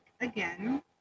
again